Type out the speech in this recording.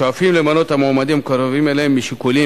השואפים למנות את המועמדים המקורבים אליהם משיקולים,